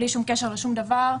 בלי שום קשר לשום דבר,